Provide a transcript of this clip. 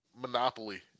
monopoly